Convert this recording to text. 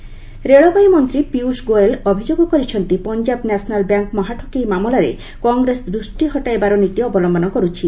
Goyal Nirav Modi railway ମନ୍ତ୍ରୀ ପିୟୁଷ୍ ଗୋଏଲ୍ ଅଭିଯୋଗ କରିଛନ୍ତି ପଞ୍ଜାବ ନ୍ୟାସନାଲ୍ ବ୍ୟାଙ୍କ୍ ମହାଠକେଇ ମାମଲାରେ କଂଗ୍ରେସ ଦୃଷ୍ଟି ହଟେଇବାର ନୀତି ଅବଲମ୍ବନ କରୁଛି